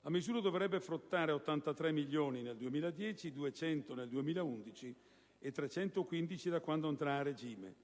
La misura dovrebbe fruttare 83 milioni nel 2010, 200 milioni nel 2011 e 315 milioni da quando andrà a regime: